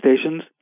stations